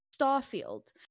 Starfield